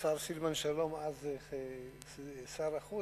כשהשר סילבן שלום, אז שר החוץ,